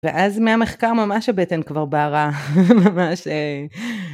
ואז מהמחקר ממש הבטן כבר בערה ממש